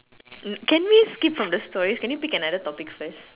can we skip from the stories can you pick another topic first